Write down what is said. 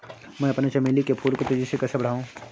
मैं अपने चमेली के फूल को तेजी से कैसे बढाऊं?